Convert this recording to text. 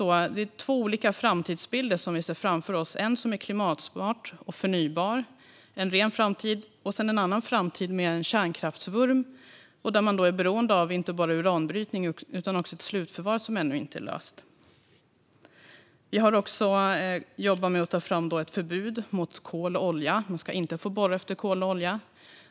Vi kan se två olika framtidsbilder framför oss - en som är klimatsmart och förnybar, en ren framtid, och en annan med kärnkraftsvurm där man är beroende inte bara av uranbrytning utan också av ett slutförvar som ännu inte är löst. Vi har också jobbat med att ta fram ett förbud mot att borra efter kol och olja.